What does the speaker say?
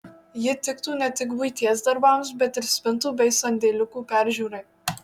ji tiktų ne tik buities darbams bet ir spintų bei sandėliukų peržiūrai